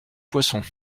poisson